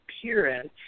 appearance